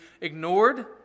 ignored